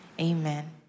amen